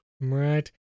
right